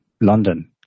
London